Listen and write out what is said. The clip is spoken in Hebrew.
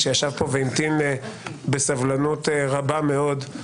שישב פה והמתין בסבלנות רבה מאוד,